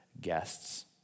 guests